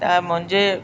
त मुंहिंजे